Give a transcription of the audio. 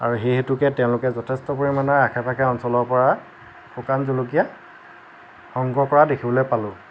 আৰু সেই হেতুকে তেওঁলোকে যথেষ্ট পৰিমাণে আশে পাশে অঞ্চলৰ পৰা শুকান জলকীয়া সংগ্ৰহ কৰা দেখিবলৈ পালোঁ